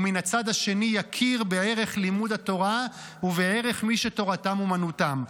ומן הצד השני יכיר בערך לימוד התורה ובערך מי שתורתם אומנותם.